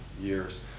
years